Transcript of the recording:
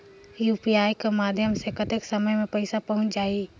UPI कर माध्यम से कतेक समय मे पइसा पहुंच जाहि?